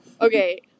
okay